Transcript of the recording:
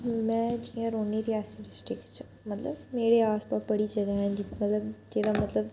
में जियां रौह्न्नी रियासी डिस्ट्रिक च मतलब मेरे आसपास बड़ी जगह् ऐ मतलब जेह्ड़ा मतलब